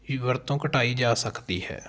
ਵਰਤੋਂ ਘਟਾਈ ਜਾ ਸਕਦੀ ਹੈ